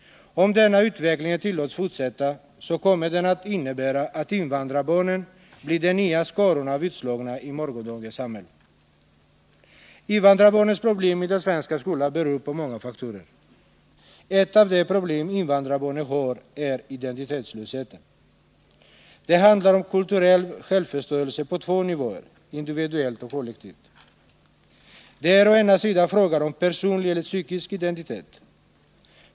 Om denna utveckling tillåtes fortsätta, kommer den att innebära att invandrarbarnen blir de nya skarorna av utslagna i morgondagens samhälle. Invandrarbarnens problem i den svenska skolan beror på många faktorer. Ett av de problem invandrarbarnen har är identitetslösheten. Det handlar om kulturell självförståelse på två nivåer — individuellt och kollektivt. Det är å ena sidan fråga om personlig eller psykisk identitet.